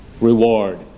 reward